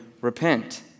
repent